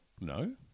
no